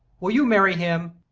will you marry him?